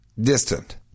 distant